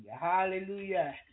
Hallelujah